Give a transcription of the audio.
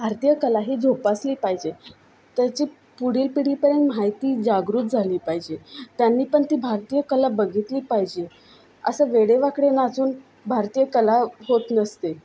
भारतीय कला ही जोपासली पाहिजे त्याची पुढील पिढीपर्यंत माहिती जागृत झाली पाहिजे त्यांनी पण ती भारतीय कला बघितली पाहिजे असं वेडेवाकडे नाचून भारतीय कला होत नसते